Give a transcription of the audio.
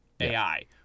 AI